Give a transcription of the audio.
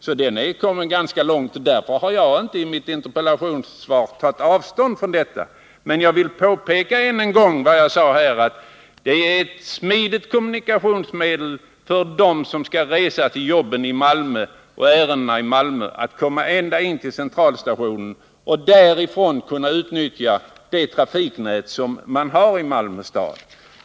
Här har man kommit ganska långt, och därför har jag inte i min interpellation tagit avstånd från detta. Men jag vill ännu en gång erinra om vad jag här sade, att järnvägen är ett smidigt kommunikationsmedel för dem som skall resa in till sina jobb eller uträtta sina ärenden i Malmö. De kan komma in till Centralstationen och därifrån kan de utnyttja det trafiknät som finns i Malmö stad.